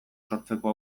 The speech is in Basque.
sortzeko